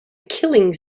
killing